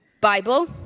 Bible